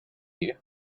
you